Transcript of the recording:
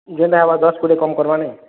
ଯେନ୍ଟା ହେବା ଦଶ୍ କୋଡ଼ିଏ କମ୍ କର୍ମା ନେଇଁ